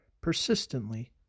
persistently